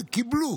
קיבלו